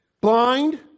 blind